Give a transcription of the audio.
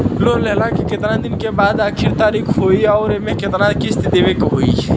Loan लेहला के कितना दिन के बाद आखिर तारीख होई अउर एमे कितना किस्त देवे के होई?